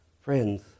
Friends